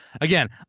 Again